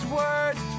words